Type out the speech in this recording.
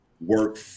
work